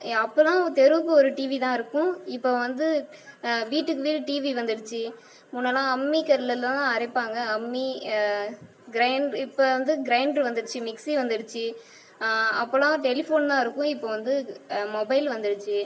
ஏன் அப்போலாம் தெருவுக்கு ஒரு டிவி தான் இருக்கும் இப்போ வந்து வீட்டுக்கு வீடு டிவி வந்துடுச்சு முன்னெயெல்லாம் அம்மிக்கல்லில் தான் அரைப்பாங்க அம்மி கிரைண் இப்போ வந்து கிரைண்டர் வந்துடுச்சி மிக்சி வந்துடுச்சு அப்போலாம் டெலிஃபோன் தான் இருக்கும் இப்போ வந்து மொபைல் வந்துடுச்சு